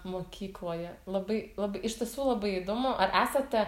mokykloje labai labai iš tiesų labai įdomu ar esate